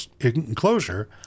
enclosure